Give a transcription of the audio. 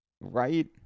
Right